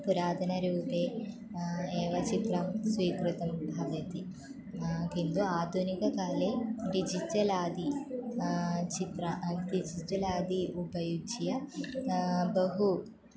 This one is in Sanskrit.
पुरातनरूपे एव चित्रं स्वीकृतं भवति किन्दु आदुनिककाले डिजिटलादि चित्र डिजिटल् आदयः उपयुज्य बहु